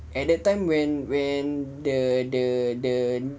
at that time when when the the the